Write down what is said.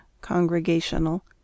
Congregational